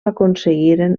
aconseguiren